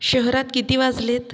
शहरात किती वाजलेत